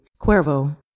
Cuervo